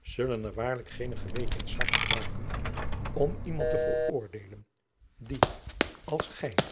zullen er waarlijk geene gewetenszaak van maken om iemand te veroordeelen die als gij